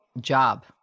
job